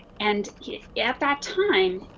and yeah at that time,